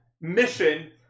mission